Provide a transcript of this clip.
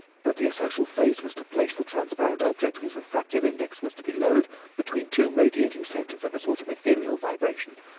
but the essential phase was to place the transparent object whose refractive index was to be lowered between two radiating centres of a sort of ethereal vibration,